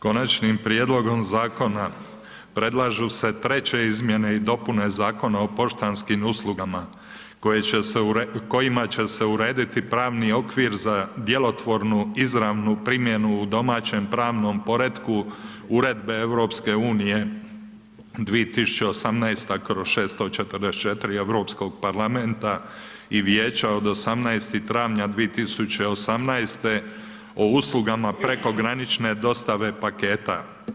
Konačnim prijedlogom zakona predlažu se treće izmjene i dopune Zakona o poštanskim uslugama kojima će se urediti pravni okvir za djelotvornu izravnu primjenu u domaćem pravnom poretku Uredbe EU 2018/644 EU parlamenta i vijeća od 18. travnja 2018. o uslugama prekogranične dostave paketa.